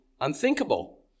unthinkable